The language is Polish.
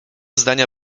zdania